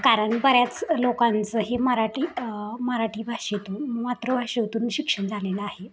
कारण बऱ्याच लोकांचं हे मराठी मराठी भाषेतून मातृभाषेतून शिक्षण झालेलं आहे